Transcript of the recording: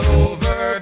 over